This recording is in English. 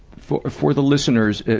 for, for the listeners,